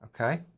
Okay